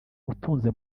utunze